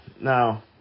now